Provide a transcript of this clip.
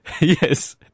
Yes